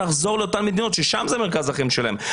לחזור לאותן מדינות ששם זה מרכז החיים שלהם,